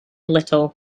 little